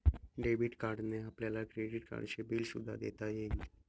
debit कार्डने आपल्याला credit कार्डचे बिल सुद्धा देता येईल